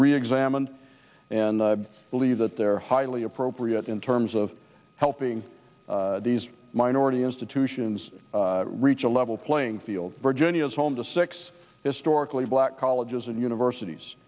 reexamined and i believe that they're highly appropriate in terms of helping these minority institutions reach a level playing field virginia is home to six historically black colleges and universities